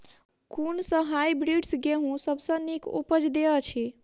कुन सँ हायब्रिडस गेंहूँ सब सँ नीक उपज देय अछि?